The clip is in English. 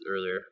earlier